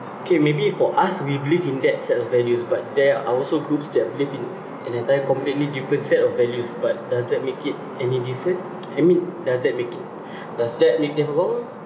okay maybe for us we believe in that set of values but there are also groups that have live in an entire completely different set of values but does that make it any different I mean does that make it does that make them wrong